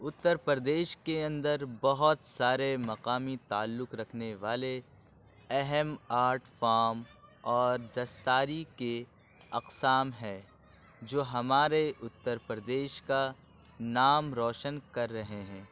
اُتر پردیش کے اندر بہت سارے مقامی تعلق رکھنے والے اہم آرٹ فام اور دستکاری کے اقسام ہے جو ہمارے اُتر پردیش کا نام روشن کر رہے ہیں